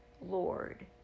Lord